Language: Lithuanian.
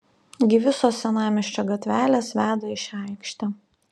gi visos senamiesčio gatvelės veda į šią aikštę